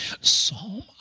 Psalm